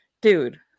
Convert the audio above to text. Dude